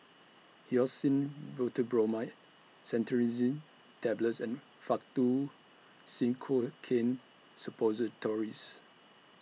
Hyoscine Butylbromide Cetirizine Tablets and Faktu Cinchocaine Suppositories